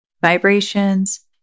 vibrations